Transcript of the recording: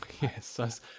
yes